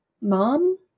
mom